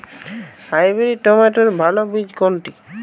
Hybrid টমেটোর ভালো বীজ কোনটি?